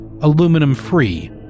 aluminum-free